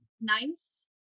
nice